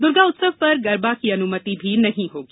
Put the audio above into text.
दुर्गा उत्सव पर गरबा की अनुमति भी नहीं होगी